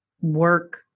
Work